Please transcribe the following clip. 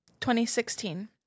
2016